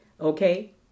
Okay